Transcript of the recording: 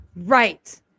Right